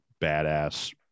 badass